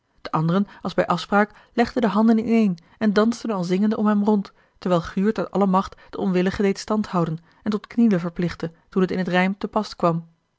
de anderen als bij afspraak legden de handen ineen en dansten al zingende om hem rond terwijl guurt uit alle macht den onwillige deed stand houden en tot knielen verplichtte toen het in t rijm te pas kwam